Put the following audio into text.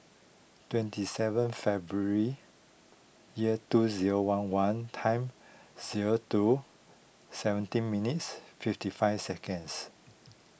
twenty seven February year two zero one one time zero two seventeen minutes fifty five seconds